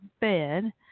bed